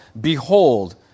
behold